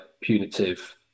punitive